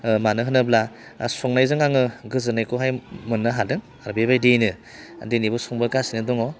मानो होनोब्ला संनायजों आङो गोजोननायखौ मोननो हादों आरो बेबायदिनो दोनैबो संबोगासिनो दङ